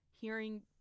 hearing